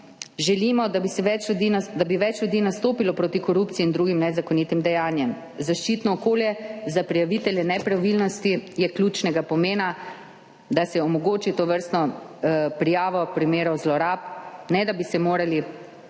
Želimo, da bi več ljudi nastopilo proti korupciji in drugim nezakonitim dejanjem. Zaščitno okolje za prijavitelje nepravilnosti je ključnega pomena, da se omogoči tovrstno prijavo primerov zlorab, ne da bi se morali